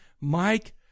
Mike